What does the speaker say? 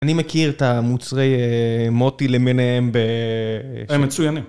אני מכיר את המוצרי מוטי למעיניהם ב... הם מצוינים.